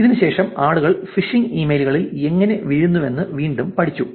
ഇതിനുശേഷം ആളുകൾ ഫിഷിംഗ് ഇമെയിലുകളിൽ എങ്ങനെ വീഴുന്നുവെന്ന് വീണ്ടും പഠിച്ചു